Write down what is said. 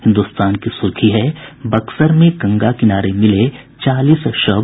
हिन्दुस्तान की सुर्खी है बक्सर में गंगा किनारे मिले चालीस शव